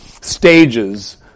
stages